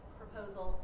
proposal